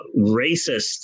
racists